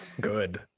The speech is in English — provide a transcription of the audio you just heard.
Good